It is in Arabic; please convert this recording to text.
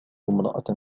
امرأة